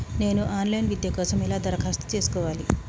నేను online విద్య కోసం ఎలా దరఖాస్తు చేసుకోవాలి?